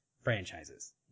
franchises